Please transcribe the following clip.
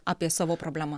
apie savo problemas